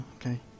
okay